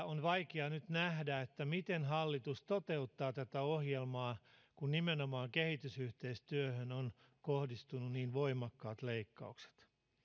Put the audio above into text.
on vaikea nyt nähdä miten hallitus toteuttaa tätä ohjelmaa kun nimenomaan kehitysyhteistyöhön ovat kohdistuneet niin voimakkaat leikkaukset valtioneuvoston